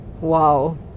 Wow